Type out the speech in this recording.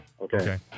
Okay